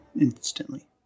instantly